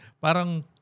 parang